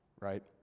right